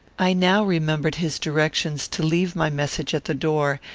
i now remembered his directions to leave my message at the door,